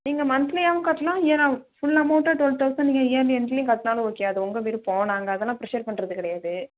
நீங்கள் மந்த்லியாகவும் கட்டலாம் இயராகவும் ஃபுல் அமௌண்டாக டுவெல் தௌசண்ட் நீங்கள் இயர்லி எண்ட்லேயும் கட்டினாலும் ஓகே அது உங்கள் விருப்பம் நாங்கள் அதெல்லாம் பிரஸ்ஸர் பண்ணுறது கிடையாது